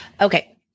Okay